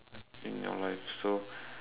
in your life so